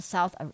South